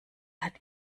hat